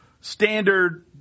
standard –